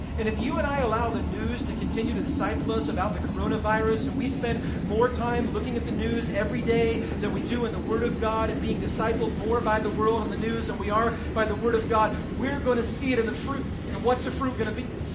and if you and i allow the news to continue to disciple us about the coronavirus and we spend more time looking at the news every day than we do in the word of god and being discipled more by the world and the news than we are by the word of god, we're going to see it in the fruit and what's the fruit going to be?